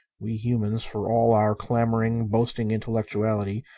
we humans, for all our clamoring, boasting intellectuality,